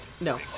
no